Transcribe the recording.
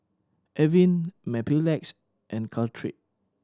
Avene Mepilex and Caltrate